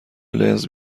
لنز